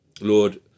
Lord